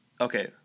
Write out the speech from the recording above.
okay